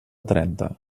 trenta